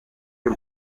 y’u